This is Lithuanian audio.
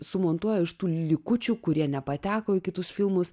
sumontuoja iš tų likučių kurie nepateko į kitus filmus